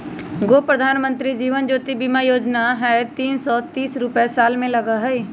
गो प्रधानमंत्री जीवन ज्योति बीमा योजना है तीन सौ तीस रुपए साल में लगहई?